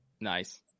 nice